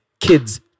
kids